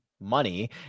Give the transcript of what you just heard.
Money